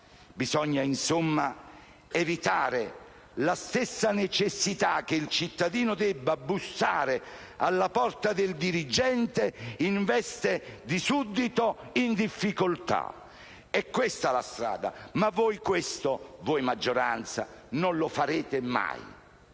Bisogna, insomma, evitare che il cittadino debba bussare alla porta del dirigente in veste di suddito in difficoltà. È questa la strada, ma voi della maggioranza questo non lo farete mai.